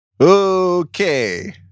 Okay